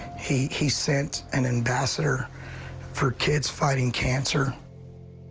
he he sent an ambassador for kids fighting cancer.